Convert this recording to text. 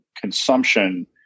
consumption